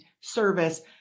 service